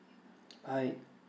bye